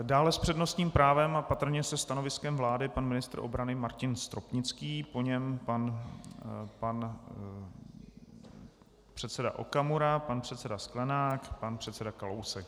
Dále s přednostním právem a patrně se stanoviskem vlády pan ministr obrany Martin Stropnický, po něm pan předseda Okamura, pan předseda Sklenák, pan předseda Kalousek.